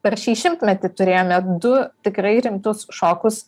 per šį šimtmetį turėjome du tikrai rimtus šokus